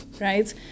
right